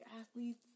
athletes